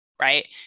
right